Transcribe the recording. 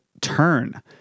turn